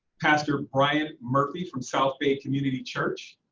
pastor brian murphy from south bay community church,